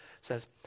says